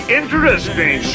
interesting